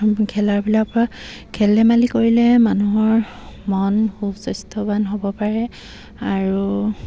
খেলাৰবিলাৰপৰা খেল ধেমালি কৰিলে মানুহৰ মন সুস্বাস্থ্যৱান হ'ব পাৰে আৰু